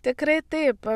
tikrai taip